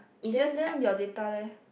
then then your data leh